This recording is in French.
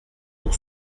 pour